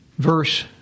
Verse